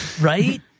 right